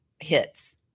hits